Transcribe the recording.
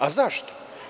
A zašto?